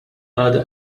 għadha